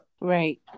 right